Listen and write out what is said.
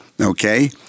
Okay